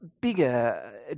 bigger